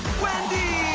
wendy,